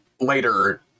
later